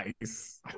Nice